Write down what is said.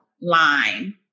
line